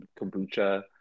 kombucha